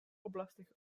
oblastech